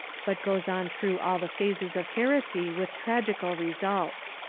but goes on through all the phases of heresy with tragical results.